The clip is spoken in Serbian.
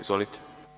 Izvolite.